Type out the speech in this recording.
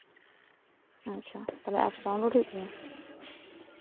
ᱟᱪᱪᱷᱟ ᱛᱟᱦᱞᱮ apps download ᱦᱩᱭᱩᱜ ᱛᱤᱧᱟᱹ